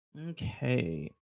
Okay